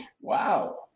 Wow